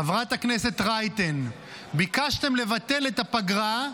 חברת הכנסת רייטן, ביקשתם לבטל את הפגרה,